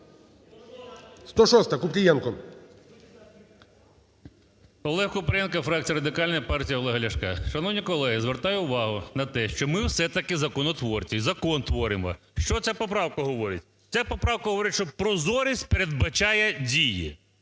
КУПРІЄНКО О.В. Олег Купрієнко, фракція Радикальної партії Олега Ляшка. Шановні колеги, звертаю увагу на те, що ми – все-таки законотворці і закон творимо. Що ця поправка говорить? Ця поправка говорить, що прозорість передбачає дії.